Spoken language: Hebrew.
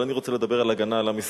אבל אני רוצה לדבר על הגנה על עם ישראל.